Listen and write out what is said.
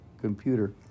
computer